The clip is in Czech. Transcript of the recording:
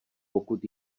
pokud